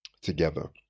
together